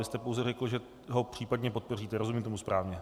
Vy jste pouze řekl, že ho případně podpoříte, rozumím tomu správně?